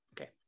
okay